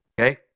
Okay